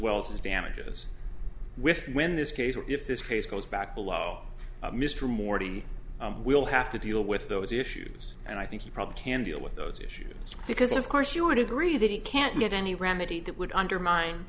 well as damages with when this case or if this case goes back below mr morty will have to deal with those issues and i think you probably can deal with those issues because of course you would agree that he can't get any remedy that would undermine